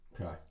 Okay